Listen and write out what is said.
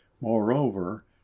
Moreover